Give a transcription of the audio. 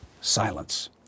Silence